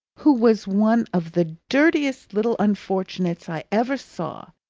who was one of the dirtiest little unfortunates i ever saw,